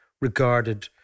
regarded